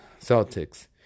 Celtics